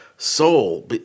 soul